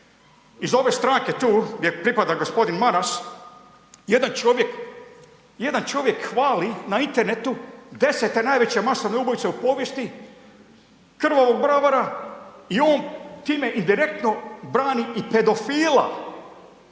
Iz ove stranke tu gdje pripada g. Maras, jedan čovjek, jedan čovjek hvali na internetu desete najveće masovne ubojice u povijesti krvavog bravara i on time i direktno brani i pedofila.